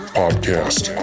podcast